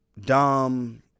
Dom